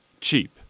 cheap